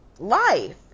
life